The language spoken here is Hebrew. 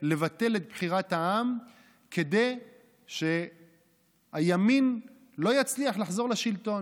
ולבטל את בחירת העם כדי שהימין לא יצליח לחזור לשלטון,